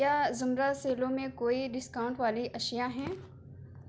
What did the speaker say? کیا زمرہ سیلو میں کوئی ڈسکاؤنٹ والی اشیا ہیں